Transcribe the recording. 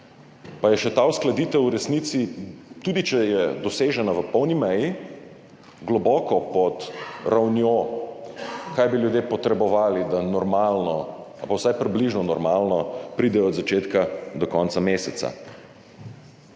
Pa je še ta uskladitev v resnici, tudi če je dosežena v polni meji, globoko pod ravnjo, kaj bi ljudje potrebovali, da normalno ali pa vsaj približno normalno pridejo od začetka do konca meseca.